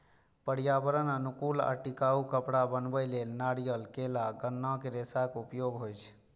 पर्यावरण अनुकूल आ टिकाउ कपड़ा बनबै लेल नारियल, केला, गन्ना के रेशाक उपयोग होइ छै